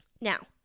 Now